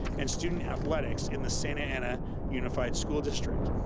and student athletics in the santa ana unified school district.